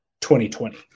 2020